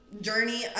journey